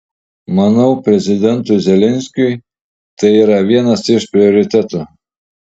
manau prezidentui zelenskiui tai yra vienas iš prioritetų